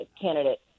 candidate –